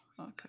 Okay